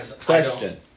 Question